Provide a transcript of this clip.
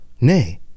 nay